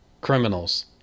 Criminals